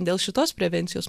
dėl šitos prevencijos